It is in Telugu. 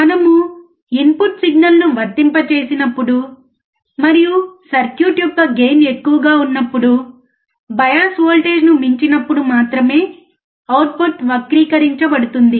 మనము ఇన్పుట్ సిగ్నల్ను వర్తింపజేసినప్పుడు మరియు సర్క్యూట్ యొక్క గెయిన్ ఎక్కువగా ఉన్నప్పుడు బయాస్ వోల్టేజ్ను మించినప్పుడు మాత్రమే అవుట్పుట్ వక్రీకరించబడుతుంది